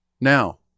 Now